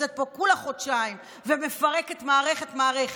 שנמצאת פה כולה חודשיים ומפרקת מערכת-מערכת,